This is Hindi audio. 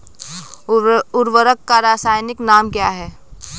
उर्वरक का रासायनिक नाम क्या है?